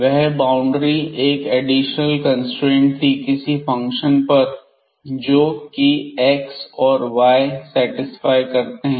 वह बाउंड्री वह additional constraint थे किसी फंक्शन पर जो कि एक्स और वाई सेटिस्फाई करते हैं